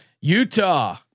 Utah